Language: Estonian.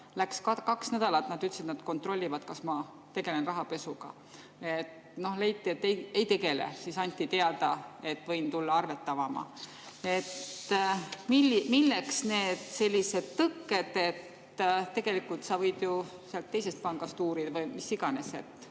läks kaks nädalat, sest nad ütlesid, et nad kontrollivad, kas ma tegelen rahapesuga. Leiti, et ei tegele, ja siis anti teada, et võin tulla arvet avama. Milleks sellised tõkked? Tegelikult sa võid ju sealt teisest pangast uurida või mis iganes.